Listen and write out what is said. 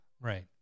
Right